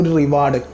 reward